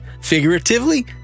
figuratively